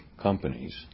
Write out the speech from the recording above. companies